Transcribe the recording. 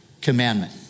commandment